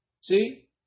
See